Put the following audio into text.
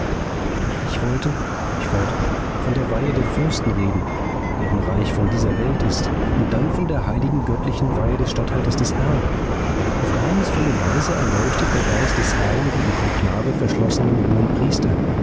ich wollte fuhr ich fort von der weihe der fürsten reden deren reich von dieser welt ist und dann von der heiligen göttlichen weihe des statthalters des herrn auf geheimnisvolle weise erleuchtet der geist des herrn die im konklave verschlossenen hohen priester